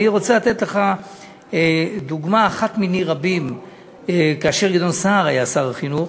אני רוצה לתת לך דוגמה אחת מני רבים כאשר גדעון סער היה שר החינוך,